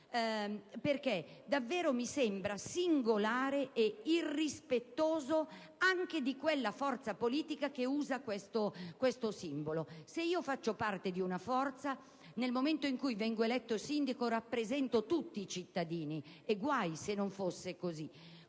sembra davvero singolare e irrispettoso anche della forza politica che usa quello stesso simbolo. Se io faccio parte di una forza, nel momento in cui vengo eletto sindaco rappresento tutti i cittadini: sarebbero guai se non fosse così!